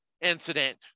incident